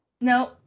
No